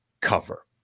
cover